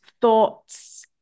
thoughts